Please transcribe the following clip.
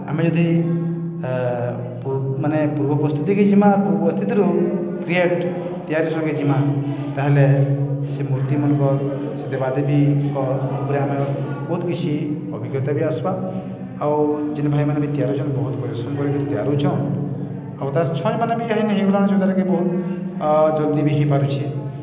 ଆମେ ଯଦି ମାନେ ପୂର୍ବ ପରିସ୍ଥିତିକୁ ଯିମା ପରିସ୍ଥିତିରୁ କ୍ରିଏଟ୍ ତିଆରି ସଂକେ ଯିମା ତାହେଲେ ସେ ମୂର୍ତ୍ତିମାନଙ୍କ ସେ ଦେବାଦେବୀଙ୍କ ଉପରେ ଆମେ ବହୁତ କିଛି ଅଭିଜ୍ଞତା ବି ଆସ୍ବା ଆଉ ଯେନେ ଭାଇମାନେ ବି ତିଆରିଛନ୍ ବହୁତ ପରିଶ୍ରମ କରିକେ ତିଆରିଛନ୍ ଆଉ ତା' ଛୁଆମାନେ ବି ଇନ ହେଇଗଲା ଯଦ୍ୱାରାକି ବହୁତ ଜଲ୍ଦି ବି ହେଇପାରୁଛି